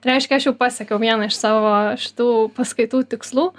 reiškia aš jau pasiekiau vieną iš savo šitų paskaitų tikslų